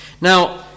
Now